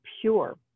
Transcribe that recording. pure